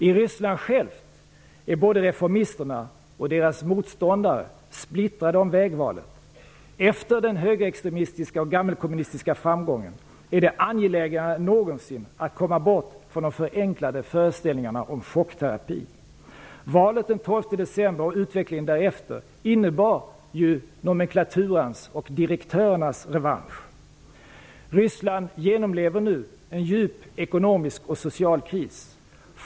I Ryssland självt är både reformisterna och deras motståndare splittrade om vägvalet. Efter den högerextremistiska och gammelkommunistiska framgången är det angelägnare än någonsin att komma bort från de förenklade föreställningarna om chockterapi. Valet den 12 december och utvecklingen därefter innebar ju nomenklaturans och direktörernas revansch. Ryssland genomlever nu en djup ekonomisk och social kris.